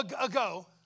ago